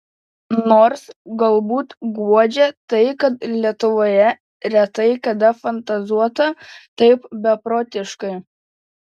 nors galbūt guodžia tai kad lietuvoje retai kada fantazuota taip beprotiškai